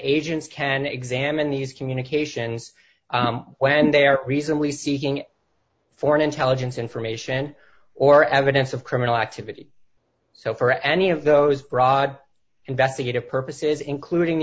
agents can examine these communications when they are recently seeking foreign intelligence information or evidence of criminal activity so for any of those broad investigative purposes including